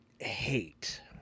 hate